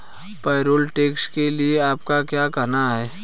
Payroll tax के लिए आपका क्या कहना है?